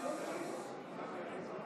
תואיל בבקשה